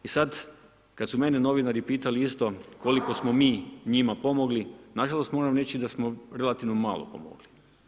I sad kad su mene novinari pitali isto, koliko smo mi, njima pomogli, nažalost, moram reći, da smo relativno malo pomogli.